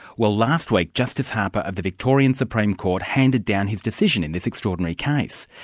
well last week justice harper of the victorian supreme court handed down his decision in this extraordinary case.